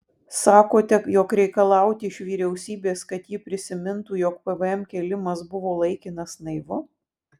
sakote jog reikalauti iš vyriausybės kad ji prisimintų jog pvm kėlimas buvo laikinas naivu